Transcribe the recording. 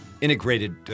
integrated